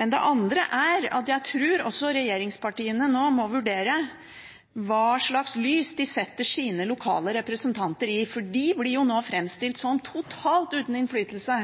Jeg tror også regjeringspartiene nå må vurdere hva slags lys de setter sine lokale representanter i, for nå blir de framstilt som totalt uten innflytelse